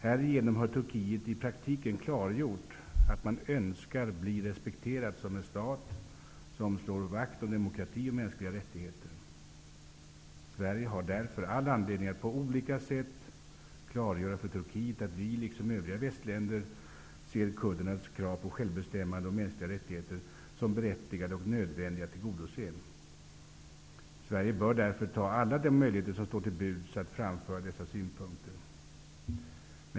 Härigenom har Turkiet i praktiken klargjort att man önskar bli respekterat som en stat som slår vakt om demokrati och mänskliga rättigheter. Sverige har därför all anledning att på olika sätt klargöra för Turkiet att vi, liksom övriga västländer, ser kurdernas krav på självbestämmande och mänskliga rättigheter som berättigade och nödvändiga att tillgodose. Sverige bör därför ta alla de möjligheter som står till buds att framföra dessa synpunkter.